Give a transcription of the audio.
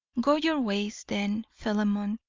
go your ways, then, philemon,